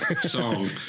song